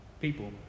people